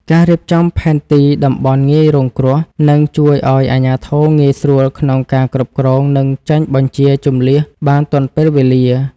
ការរៀបចំផែនទីតំបន់ងាយរងគ្រោះនឹងជួយឱ្យអាជ្ញាធរងាយស្រួលក្នុងការគ្រប់គ្រង និងចេញបញ្ជាជម្លៀសបានទាន់ពេលវេលា។